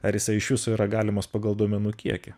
ar jisai iš viso yra galimas pagal duomenų kiekį